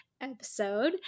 episode